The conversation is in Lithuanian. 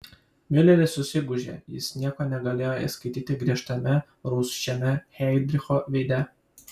miuleris susigūžė jis nieko negalėjo įskaityti griežtame rūsčiame heidricho veide